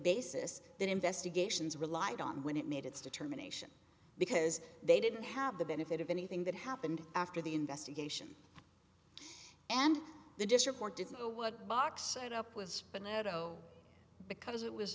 basis that investigations relied on when it made its determination because they didn't have the benefit of anything that happened after the investigation and they just report didn't know what box set up was but meadow because it was